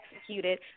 executed